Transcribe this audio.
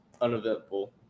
uneventful